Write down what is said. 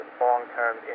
long-term